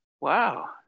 Wow